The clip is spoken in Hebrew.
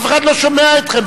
אף אחד לא שומע אתכם,